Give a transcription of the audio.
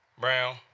Brown